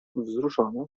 wzruszony